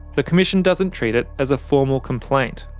the commission doesn't treat it as a formal complaint.